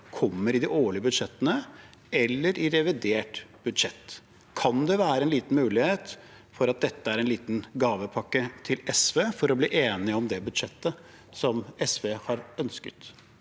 komme i de årlige budsjettene eller i revidert nasjonalbudsjett? Kan det være en liten mulighet for at dette er en liten gavepakke til SV for å bli enig om det budsjettet som SV har ønsket